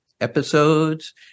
episodes